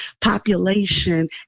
population